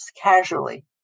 casually